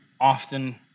often